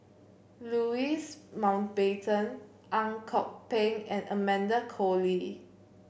Louis Mountbatten Ang Kok Peng and Amanda Koe Lee